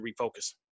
refocus